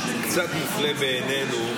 שקצת מופלה בעינינו,